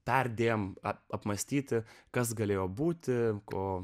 perdėm apmąstyti kas galėjo būti ko